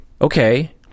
okay